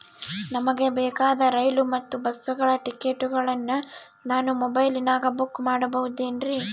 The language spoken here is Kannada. ನಮಗೆ ಬೇಕಾದ ರೈಲು ಮತ್ತ ಬಸ್ಸುಗಳ ಟಿಕೆಟುಗಳನ್ನ ನಾನು ಮೊಬೈಲಿನಾಗ ಬುಕ್ ಮಾಡಬಹುದೇನ್ರಿ?